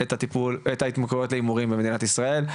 את ההתמכרויות להימורים במדינת ישראל.